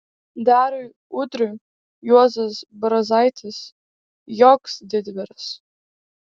dariui udriui juozas brazaitis joks didvyris